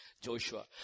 Joshua